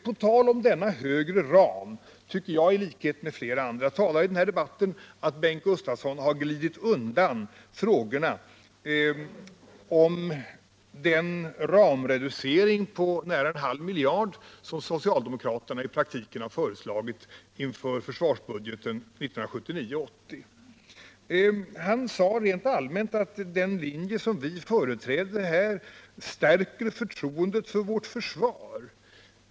På tal om denna högre ram tycker jag, i likhet med flera andra talare i den här debatten, att Bengt Gustavsson har glidit undan frågorna om den ramreducering på nära en halv miljard som socialdemokraterna i praktiken föreslagit när det gäller försvarsbudgeten för 1979/80. Han sade rent allmänt: Den linje som vi företräder stärker förtroendet för vårt försvar.